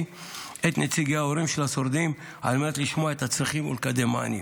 את נציגי ההורים של השורדים על מנת לשמוע את הצרכים ולקדם מענים.